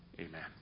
Amen